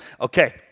Okay